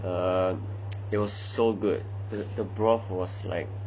uh it was so good the broth was like